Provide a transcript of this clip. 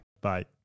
Bye